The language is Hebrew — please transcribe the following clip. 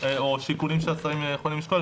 או שיקולים שהשרים יכולים לשקול.